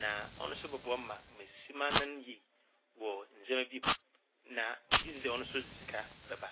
Na ɔno so bɔboa ma mesisi m'anan yie wɔ ndzɛmba bi mu na megye dzi dɛ ɔno so dze sika bɛba.